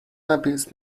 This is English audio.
nappies